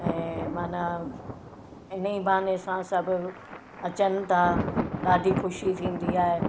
ऐं माना इन ई बहाने सां सभु अचनि था ॾाढी ख़ुशी थींदी आहे